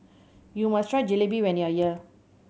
you must try Jalebi when you are here